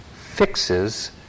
fixes